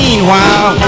Meanwhile